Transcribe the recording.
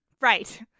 right